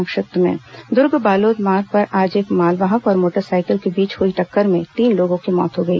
संक्षिप्त समाचार दुर्ग बालोद मार्ग पर आज एक मालवाहक और मोटरसाइकिल के बीच हुई टक्कर में तीन लोगों की मौत हो गई